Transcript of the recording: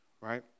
right